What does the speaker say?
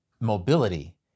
mobility